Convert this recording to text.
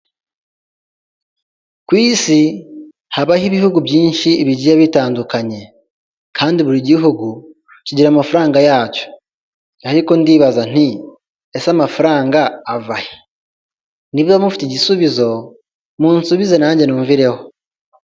Ku Isi habaho ibihugu byinshi bigiye bitandukanye kandi buri gihugu kigira amafaranga yacyo, ariko ndibaza nti ese amafaranga ava he? Niba mufite igisubizo munsubize nanjye numvireho.